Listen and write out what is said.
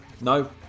No